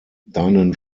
deinen